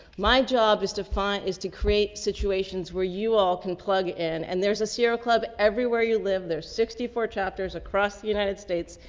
my job is to find, is to create situations where you all can plug in and there's a sierra club everywhere. you live there, sixty four chapters across the united states,